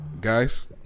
guys